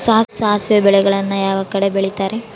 ಸಾಸಿವೆ ಬೇಜಗಳನ್ನ ಯಾವ ಕಡೆ ಬೆಳಿತಾರೆ?